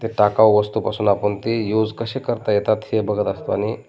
ते टाकाऊ वस्तूपासून आपण ती यूज कसे करता येतात हे बघत असतो आणि